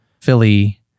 Philly